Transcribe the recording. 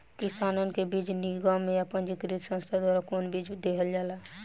किसानन के बीज निगम या पंजीकृत संस्था द्वारा कवन बीज देहल जाला?